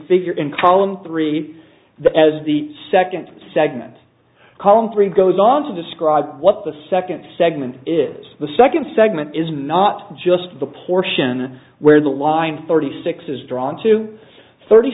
figure in column three the as the second segment column three goes on to what the second segment is the second segment is not just the portion where the line thirty six is drawn to thirty